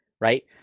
right